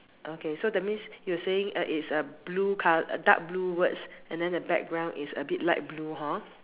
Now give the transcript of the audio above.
okay so that means you were saying uh it's a blue co~ dark blue words and the background is a bit light blue hor